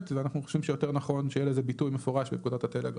ואנחנו חושבים שנכון יותר שיהיה לזה ביטוי מפורש בפוקדת הטלגרף.